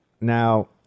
Now